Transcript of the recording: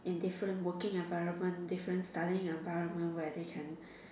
in different working environment different studying environment where they can